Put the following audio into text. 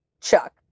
Chuck